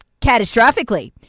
catastrophically